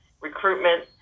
recruitment